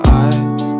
eyes